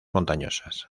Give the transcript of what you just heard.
montañosas